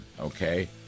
Okay